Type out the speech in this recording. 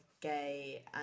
gay